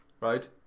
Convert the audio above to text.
right